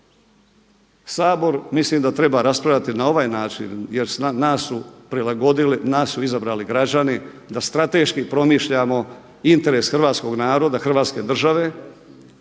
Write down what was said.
Sabor mislim da treba raspravljati na ovaj način jer nas su izabrali građani da strateški promišljamo, interes hrvatskog naroda, Hrvatske države